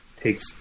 takes